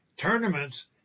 tournaments